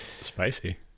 Spicy